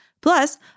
Plus